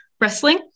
wrestling